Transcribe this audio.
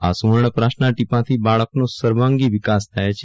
આ સુવર્ણપ્રાસનાં ટીપાંથી બાળકનો સર્વાગી વિકાસ થાય છે